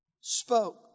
spoke